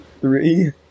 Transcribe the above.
Three